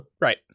Right